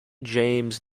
james